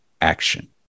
action